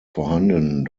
vorhanden